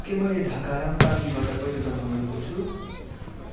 के मैले ढाका राम कार्कीबाट पैसा जम्मा गरेको छु